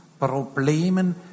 Problemen